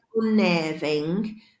unnerving